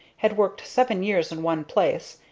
had worked seven years in one place,